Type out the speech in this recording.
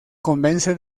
convence